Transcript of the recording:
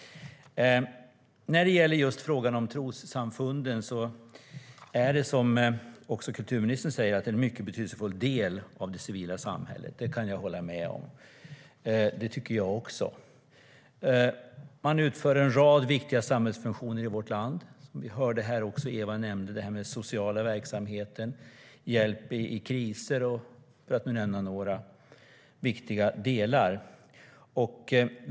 Trossamfunden är, precis som kulturministern säger, en mycket betydelsefull del av det civila samhället. Det håller jag med om. Man utför en rad viktiga samhällsfunktioner i vårt land. Vi hörde här Eva Lohman nämna den sociala verksamheten, till exempel hjälp i kriser.